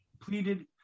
pleaded